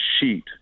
sheet